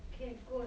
okay good